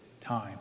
time